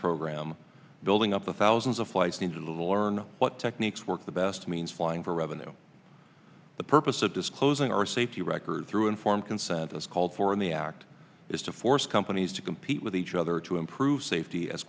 program building up the thousands of flights need to learn what techniques work the best means flying for revenue the purpose of disclosing our safety record through informed consent is called for in the act is to force companies to compete with each other to improve safety as